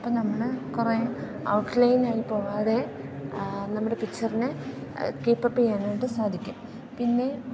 അപ്പോൾ നമ്മൾ കുറെ ഔട്ട്ലൈൻ ആയി പോവാതെ നമ്മുടെ പിക്ചറിനെ കീപ്പപ്പ് ചെയ്യാനായിട്ട് സാധിക്കും പിന്നെ